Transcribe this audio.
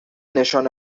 نشانه